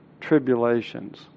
tribulations